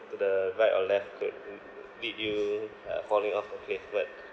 to the right or left could lead you uh falling off the cliff but